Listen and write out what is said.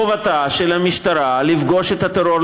חובתה של המשטרה לפגוש את הטרור,